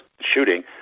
shooting